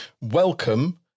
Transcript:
welcome